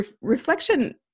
reflection